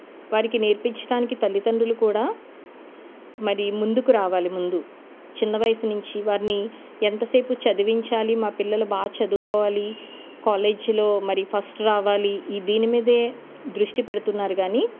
వారికి నేర్పించడానికి తల్లిదండ్రులు కూడా మరి ముందుకు రావాలి ముందు చిన్న వయసు నుంచి వారిని ఎంతసేపు చదివించాలి మా పిల్లలు బాగా చదువుకోవాలి కాలేజీలో మరి ఫస్ట్ రావాలి దీని మీద దృష్టి పెడుతున్నారు కానీ